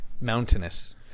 mountainous